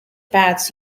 pats